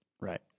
Right